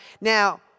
Now